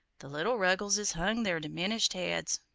the little ruggleses hung their diminished heads.